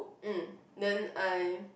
mm then I